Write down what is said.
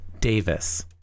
Davis